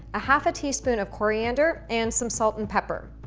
a half a teaspoon of coriander and some salt and pepper.